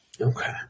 Okay